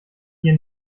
dir